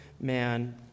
man